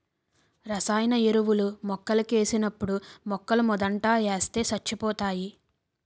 రసాయన ఎరువులు మొక్కలకేసినప్పుడు మొక్కలమోదంట ఏస్తే సచ్చిపోతాయి